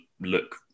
look